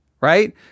right